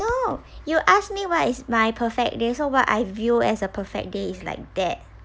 no you ask me what is my perfect day so what I view as a perfect day is like that